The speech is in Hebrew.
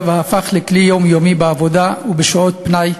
הפך לכלי יומיומי בעבודה ובשעות הפנאי,